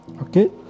Okay